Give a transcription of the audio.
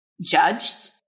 judged